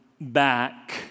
back